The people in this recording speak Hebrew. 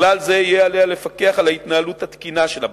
בכלל זה יהיה עליה לפקח על ההתנהלות התקינה של הבנק,